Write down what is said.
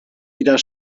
wieder